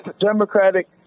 democratic